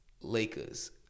Lakers